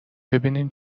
ببینین